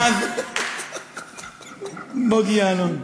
בוגי יעלון.